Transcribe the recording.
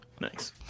Nice